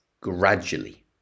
gradually